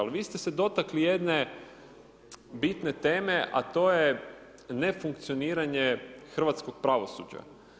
Ali vi ste se dotakli jedne bitne teme a to je nefunkcioniranje hrvatskog pravosuđa.